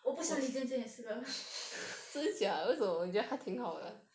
我不想理这件事了